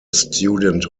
student